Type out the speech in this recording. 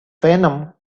venom